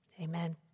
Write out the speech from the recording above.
Amen